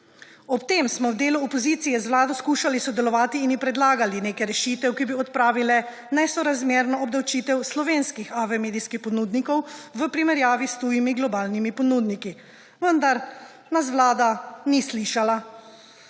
Ob tem smo v delu opozicije z Vlado skušali sodelovati in ji predlagali nekaj rešitev, ki bi odpravile nesorazmerno obdavčitev slovenskih AV medijskih ponudnikov v primerjavi s tujimi globalnimi ponudniki. Vendar nas Vlada ni slišala.